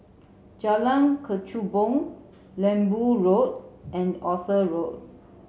wvdxJalan Kechubong Lembu Road and Arthur Road